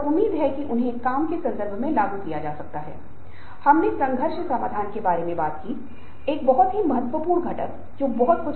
सर्दियों के महीनों में आप लगातार हीटर को चालू रखते हैं ताकि कमरे में गर्मी हो अगर आप बंद कर देते हैं तो गर्मी से बच जाएगा और ठंड का अनुभव होगा